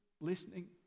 listening